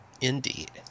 Indeed